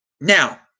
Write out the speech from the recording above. Now